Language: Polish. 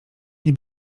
nie